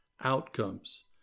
outcomes